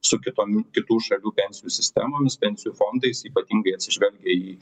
su kitom kitų šalių pensijų sistemomis pensijų fondais ypatingai atsižvelgia į